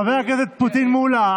חבר הכנסת פטין מולא,